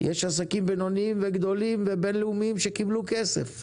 שהם יכולים לקבל אבל בטווח קצר